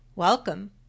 Welcome